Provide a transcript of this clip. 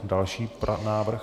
Další návrh.